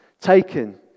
taken